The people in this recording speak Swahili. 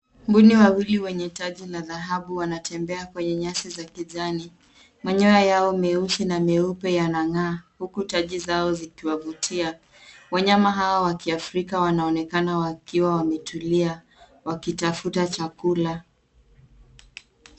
Mbuni wawili wenye taji la dhahabu wanatembea kwenye nyasi za kijani .Manyoya yao meusi na meupe yang'aa huku taji zao zikiwavutia. Wanyama hawa wa kiafrika wanaonekana wakiwa wametulia wakitafuta chakula.